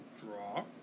Draw